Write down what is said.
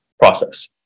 process